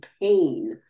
pain